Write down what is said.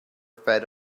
fed